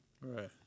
right